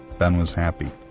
ben was happy,